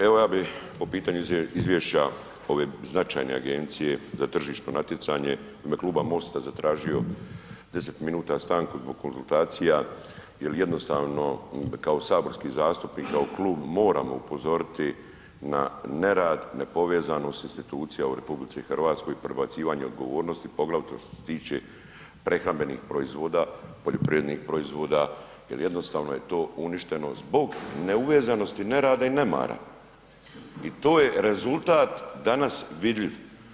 Evo ja bi po pitanju izvješća ove značajne Agencije za tržišno natjecanje u ime kluba MOST-a zatražio 10 minuta stanku zbog konzultacija jer jednostavno kao saborski zastupnik, kao klub moramo upozoriti na nerad, nepovezanost institucija u RH i prebacivanje odgovornosti poglavito što se tiče prehrambenih proizvoda, poljoprivrednih proizvoda jer jednostavno je to uništeno zbog neuvezanosti, nerada i nemara i to je rezultat danas vidljiv.